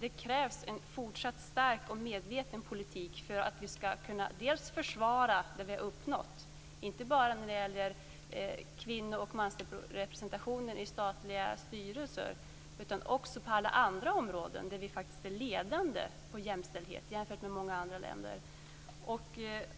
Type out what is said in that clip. Det krävs en fortsatt stark och medveten politik för att vi skall kunna försvara det vi har uppnått, inte bara när det gäller kvinno och mansrepresentationen i statliga styrelser utan också på alla andra områden, där vi internationellt faktiskt är ledande i fråga om jämställdhet.